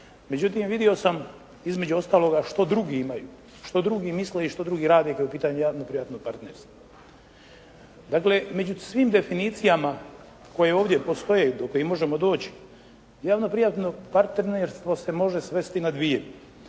Međutim, vidio sam između ostaloga što drugi imaju, što drugi misle i što drugi rade kada je u pitanju javno-privatno partnerstvo. Dakle, među svim definicijama koje ovdje postoje do kojih možemo doći javno-privatno partnerstvo se može svesti na dvije